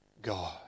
God